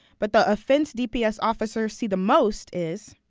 but the offense d p s officers see the most is.